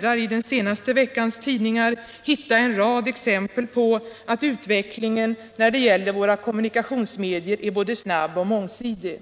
bara i den senaste veckans tidningar hitta en rad exempel på att utvecklingen när det gäller våra kommunikationsmedier är både snabb och mångsidig.